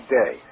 day